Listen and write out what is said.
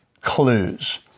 clues